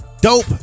dope